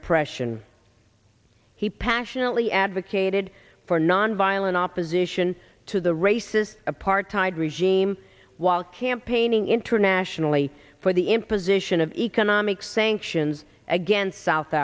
oppression he passionately advocated for nonviolent opposition to the racist apartheid regime while campaigning internationally for the imposition of economic sanctions against south